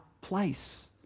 place